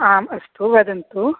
आम् अस्तु वदन्तु